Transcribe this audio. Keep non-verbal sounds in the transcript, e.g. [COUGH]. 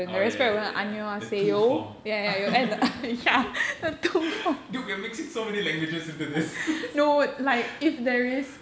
oh ya ya ya ya the [LAUGHS] dude we are mixing so many languages into this [LAUGHS]